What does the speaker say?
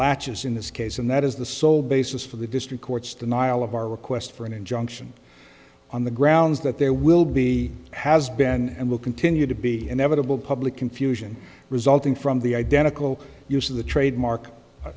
latches in this case and that is the sole basis for the district court's denial of our request for an injunction on the grounds that there will be has been and will continue to be inevitable public confusion resulting from the identical use of the trademark